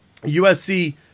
USC